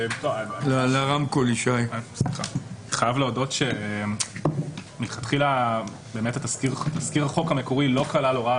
אני חייב להודות שמלכתחילה באמת תזכיר החוק המקורי לא כלל הוראה